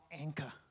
anchor